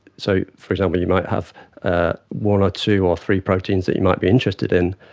so, for example, you might have ah one or two or three proteins that you might be interested in,